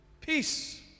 Peace